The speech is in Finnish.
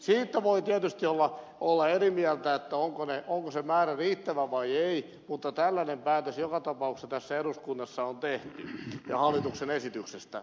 siitä voi tietysti olla eri mieltä onko se määrä riittävä vai ei mutta tällainen päätös joka tapauksessa tässä eduskunnassa on tehty ja hallituksen esityksestä